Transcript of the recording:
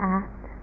act